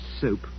soup